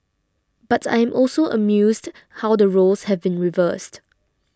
but I am also amused how the roles have been reversed